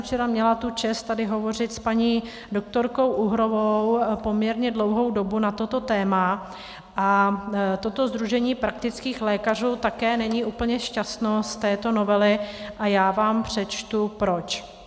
Včera jsem měla tu čest tady hovořit s paní doktorkou Uhrovou poměrně dlouhou dobu na toto téma a toto Sdružení praktických lékařů také není úplně šťastné z této novely a já vám přečtu proč.